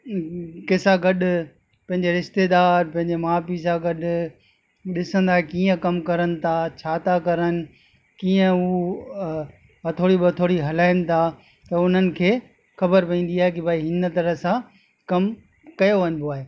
कंहिं सां गॾु पंहिंजा रिश्तेदार पंहिंजे माउ पीउ सां गॾु ॾिसंदा कीअं कमु करनि था छा था करनि कीअं हू उहा थोरो बि थोरी हलाइनि था त उन्हनि खे ख़बर पवंदी आहे कि भाई हिन तरह सां कमु कयो वञिबो आहे